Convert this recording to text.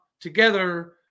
together